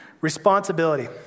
Responsibility